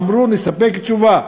אמרו: נספק תשובה.